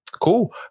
cool